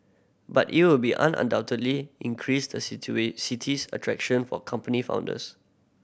but it will be undoubtedly increase the city's attraction for company founders